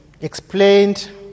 explained